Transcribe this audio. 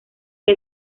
que